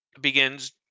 begins